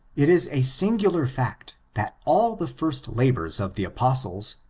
it is a singular fact, that all the first labors of the apostles,